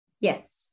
Yes